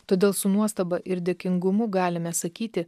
todėl su nuostaba ir dėkingumu galime sakyti